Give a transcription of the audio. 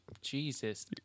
Jesus